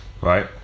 Right